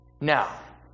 Now